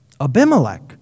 Abimelech